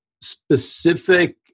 specific